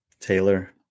Taylor